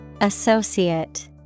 Associate